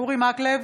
אורי מקלב,